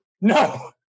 no